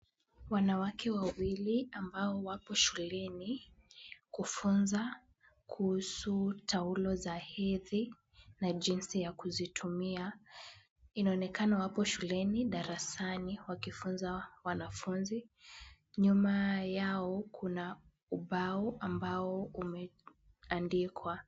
Wanawake wawili ambao wapo shuleni kufunza kuhusu taulo za hedhi na jinsi ya kuzitumia. Inaonekana wapo shuleni darasani wakifunza wanafunzi . Nyuma yao kuna ubao ambao umeandikwa.